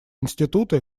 институты